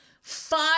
five